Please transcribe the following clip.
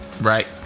Right